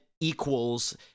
equals